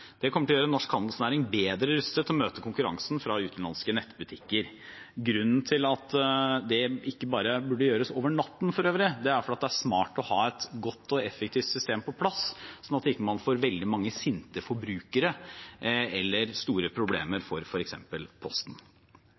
Det kommer til å gjøre norsk handelsnæring bedre rustet til å møte konkurransen fra utenlandske nettbutikker. Grunnen til at det ikke bare burde gjøres over natten for øvrig, er at det er smart å ha et godt og effektivt system på plass, sånn at man ikke får veldig mange sinte forbrukere eller skaper store problemer for f.eks. Posten.